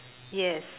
yes